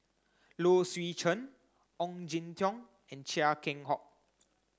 Low Swee Chen Ong Jin Teong and Chia Keng Hock